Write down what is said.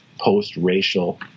post-racial